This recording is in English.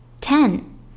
Ten